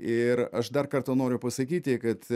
ir aš dar kartą noriu pasakyti kad